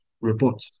report